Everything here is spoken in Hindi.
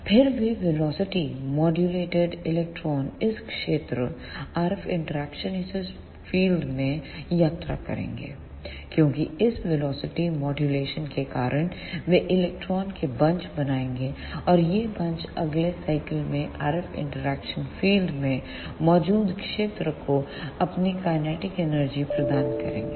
फिर वे वेलोसिटीमाड्यूलेटेड इलेक्ट्रॉन इस क्षेत्र RF इंटरएक्शन फील्ड में यात्रा करेंगे क्योंकि इस वेलोसिटी मॉड्यूलेशन के कारण वे इलेक्ट्रॉन के बंच बनाएंगे और ये बंच अगले साइकल में RF इंटरएक्शन फील्ड में मौजूद क्षेत्र को अपनी काइनेटिक एनर्जी प्रदान करेंगे